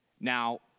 Now